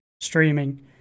streaming